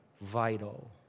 vital